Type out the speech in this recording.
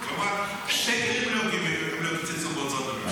כלומר שקל הם לא קיצצו בהוצאות הממשלה.